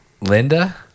Linda